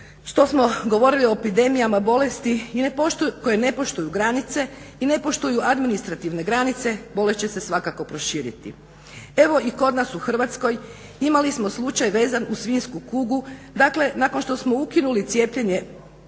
što smo govorili o epidemijama bolesti koje ne poštuju granice i ne poštuju administrativne granice bolest će se svakako proširiti. Evo i kod nas u Hrvatskoj imali smo slučaj vezan uz svinjsku kugu. Dakle, nakon što smo ukinuli obvezno cijepljenje